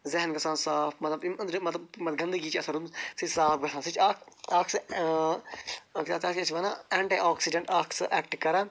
ذہن گَژھان صاف مَطلَب یِم أندرِم مَطلَب گندگی چھِ آسان روٗزمٕژ سُہ چھِ صاف گَژھان سُہ چھِ اکھ تَتھ کیاہ چھِ أسۍ ونان اینٹی آکسِڈٮ۪نٛٹ اکھ سُہ ایٚکٹ کران